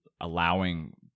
allowing